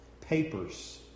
papers